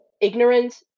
ignorant